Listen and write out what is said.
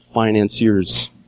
financiers